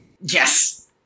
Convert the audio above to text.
Yes